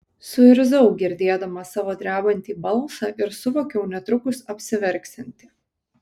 suirzau girdėdama savo drebantį balsą ir suvokiau netrukus apsiverksianti